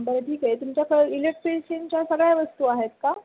बरं ठीक आहे तुमच्याकडं इलेक्ट्रिशियनच्या सगळ्या वस्तू आहेत का